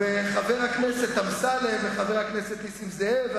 וחבר הכנסת אמסלם וחבר הכנסת נסים זאב,